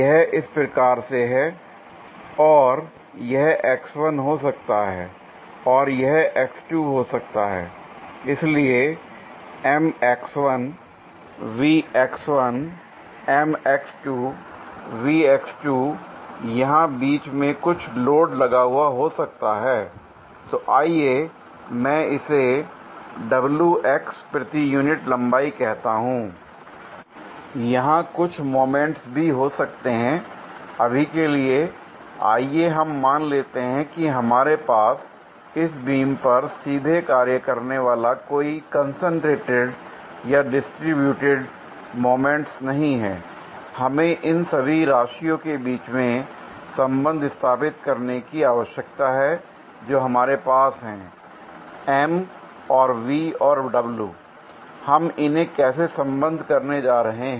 यह इस प्रकार से है और यह हो सकता है और यह हो सकता है l इसलिए यहां बीच में कुछ लोड लगा हुआ हो सकता है l तो आइए मैं इसे प्रति यूनिट लंबाई कहता हूं l यहां कुछ मोमेंट्स भी हो सकते हैं l अभी के लिए आइए हम मान लेते हैं कि हमारे पास इस बीम पर सीधे कार्य करने वाला कोई कंसंट्रेटेड या डिस्ट्रीब्यूटड मोमेंट्स नहीं है l हमें इन सभी राशियों के बीच में संबंध स्थापित करने की आवश्यकता है जो हमारे पास हैं M और V और w l हम इन्हें कैसे संबद्ध करने जा रहे हैं